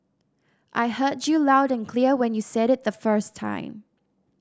I heard you loud and clear when you said it the first time